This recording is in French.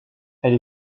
elle